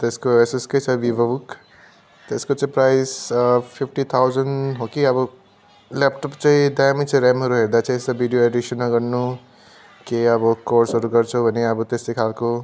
त्यसको एसएस के छ भिभोबुक त्यसको चाहिँ प्राइस फिप्टी थाउजन हो कि अब ल्यापटप चाहिँ दामी छ र्यामहरू हेर्दा चाहिँ यसो भिडियो एडिसन गर्नु के अब कोर्सहरू गर्छौ भने अब त्यस्तै खालको